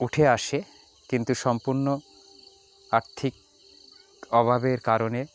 উঠে আসে কিন্তু সম্পূর্ণ আর্থিক অভাবের কারণে